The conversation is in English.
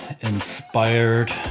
inspired